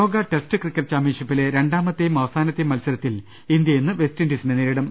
ലോക test cricket ചാമ്പ്യൻഷിപ്പിലെ രണ്ടാമത്തേയും അവ സാനത്തേയും മത്സരത്തിൽ ഇന്ത്യ ഇന്ന് വെസ്റ്റ്ഇൻഡീസിനെ നേരി ടും